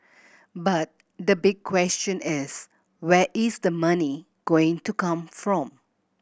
but the big question is where is the money going to come from